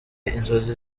inzozi